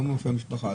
לא מרופא המשפחה,